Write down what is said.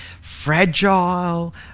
fragile